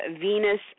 Venus